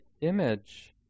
image